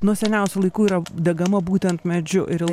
nuo seniausių laikų yra degama būtent medžiu ir